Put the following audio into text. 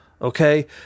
Okay